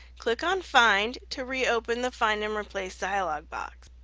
click on find to reopen the find and replace dialog box.